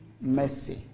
mercy